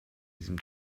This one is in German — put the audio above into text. diesem